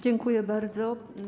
Dziękuję bardzo.